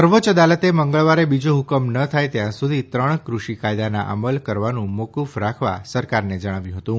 સર્વોચ્ય અદાલતે મંગળવારે બીજો હુકમ ન થાય ત્યાં સુધી ત્રણ ક્રષિ કાયદાના અમલ કરવાનું મોકુફ રાખવા સરકારને જણાવ્યું હતું